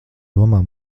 domā